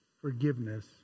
forgiveness